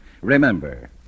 Remember